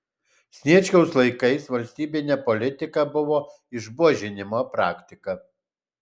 sniečkaus laikais valstybine politika buvo išbuožinimo praktika